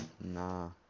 Nah